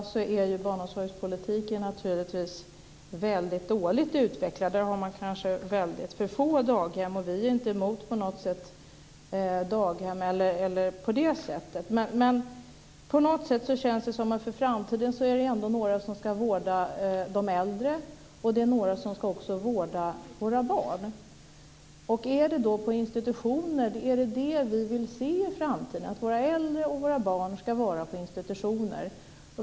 Fru talman! I Europa är naturligtvis barnomsorgspolitiken väldigt dåligt utvecklad. Där har man kanske för få daghem. Vi är inte på något sätt emot daghem. Men inför framtiden är det ändå några som ska vårda de äldre och vårda våra barn. Är det vi vill se i framtiden att våra äldre och våra barn ska vara på institutioner?